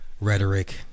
rhetoric